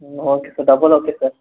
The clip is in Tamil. ம் okay sir double okay sir